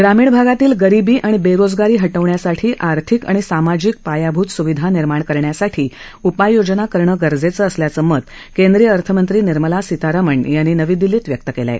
ग्रामीण भागातील गरीबी आणि बेरोजगारी हटवण्यासाठी आर्थिक आणि सामाजिक पायाभूत सुविधा निर्माण करण्यासाठी उपाययोजना करणं गरजेचं असल्याचं मत केंद्रीय अर्थमंत्री निर्मला सीतारामन यांनी नवी दिल्लीत व्यक्त केलं आहे